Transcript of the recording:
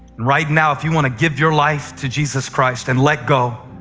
right now, if you want to give your life to jesus christ and let go